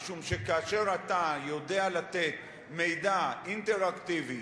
משום שכאשר אתה יודע לתת מידע אינטראקטיבי,